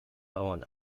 bauern